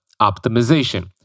optimization